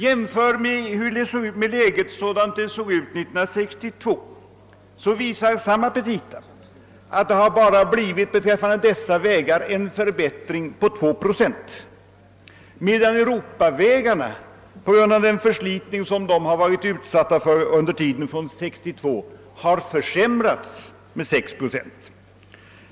Jämför vi detta läge med hur det såg ut 1962 visar samma petita att det beträffande dessa vägar har blivit en förbättring med bara 2 procent, medan Europavägarna på grund av den förslitning som de varit utsatta för sedan 1962 har försämrats med 6 procent.